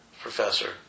professor